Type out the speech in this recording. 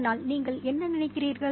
அதனால் நீங்கள் என்ன நினைக்கிறீர்கள்